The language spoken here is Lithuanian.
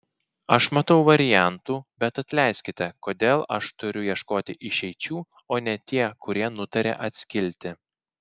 aš matau variantų bet atleiskite kodėl aš turiu ieškoti išeičių o ne tie kurie nutarė atskilti